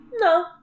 no